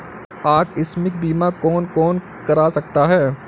आकस्मिक बीमा कौन कौन करा सकता है?